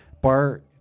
bar